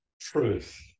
truth